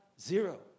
Zero